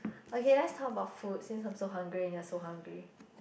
okay let's talk about food since I'm so hungry and you're so hungry